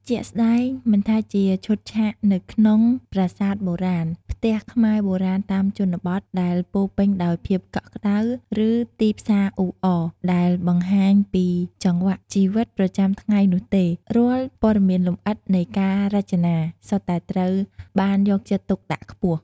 ជាក់ស្តែង មិនថាជាឈុតឆាកនៅក្នុង ប្រាសាទបុរាណ ផ្ទះខ្មែរបុរាណតាមជនបទ ដែលពោរពេញដោយភាពកក់ក្តៅ ឬ ទីផ្សារអ៊ូអរ ដែលបង្ហាញពីចង្វាក់ជីវិតប្រចាំថ្ងៃនោះទេ រាល់ព័ត៌មានលម្អិតនៃការរចនាសុទ្ធតែត្រូវបានយកចិត្តទុកដាក់ខ្ពស់។